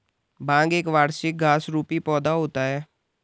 भांग एक वार्षिक घास रुपी पौधा होता है